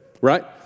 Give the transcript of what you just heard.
Right